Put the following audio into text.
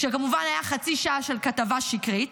כשכמובן הייתה חצי שעה של כתבה שקרית.